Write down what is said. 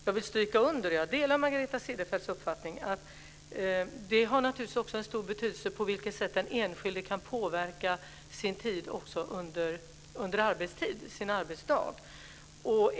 Jag vill stryka under - och jag delar Margareta Cederfelts uppfattning - att det naturligtvis också har stor betydelse på vilket sätt den enskilde kan påverka sin tid också under arbetstid, sin arbetsdag.